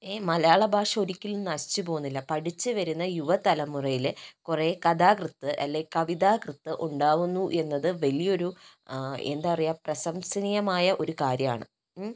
ഈ മലയാളഭാഷ ഒരിക്കലും നശിച്ച് പോകുന്നില്ല പഠിച്ചു വരുന്ന യുവതലമുറയിൽ കുറേ കഥാകൃത്ത് അലെങ്കിൽ കവിതാകൃത്ത് ഉണ്ടാകുന്നു എന്നത് വലിയൊരു എന്താ പറയുക പ്രശംസനീയമായ ഒരു കാര്യമാണ്